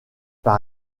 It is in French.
par